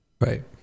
Right